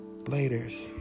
Laters